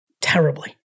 terribly